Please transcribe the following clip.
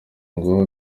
ngo